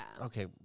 okay